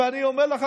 ואני אומר לך,